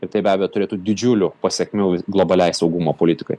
ir tai be abejo turėtų didžiulių pasekmių globaliai saugumo politikai